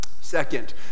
Second